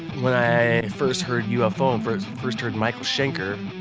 when i first heard ufo, um first first heard michael schenker,